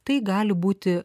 tai gali būti